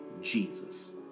Jesus